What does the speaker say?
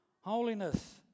holiness